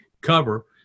cover